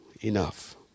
Enough